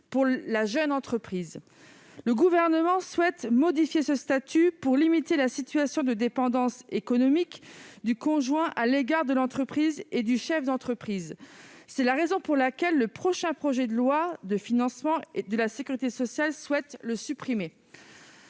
pour la jeune entreprise. Le Gouvernement souhaite modifier ce statut pour limiter la situation de dépendance économique du conjoint à l'égard de l'entreprise et du chef d'entreprise. C'est la raison pour laquelle le prochain projet de loi de financement de la sécurité sociale visera à le supprimer.